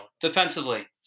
Defensively